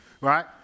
Right